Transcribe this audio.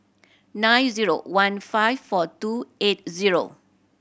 nine zero one five four two eight zero